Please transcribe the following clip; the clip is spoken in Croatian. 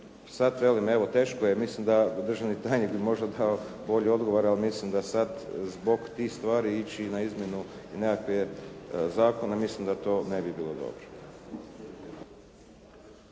sada veli, evo teško je, mislim da državni tajnik bi možda dao bolji odgovor, ali mislim da sada zbog tih stvari ići na izmjenu nekakve zakone, mislim da to ne bi bilo dobro.